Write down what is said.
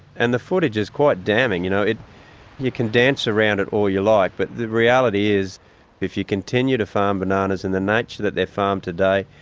and the footage is quite damning. you know you can dance around it all you like but the reality is if you continue to farm bananas in the nature that they're farmed today,